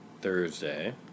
Thursday